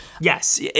Yes